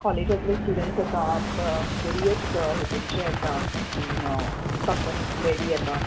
कॉलेजांतले students various हितूंचे येता कंम्पनितले बी येता